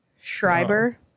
Schreiber